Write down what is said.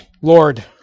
Lord